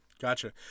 Gotcha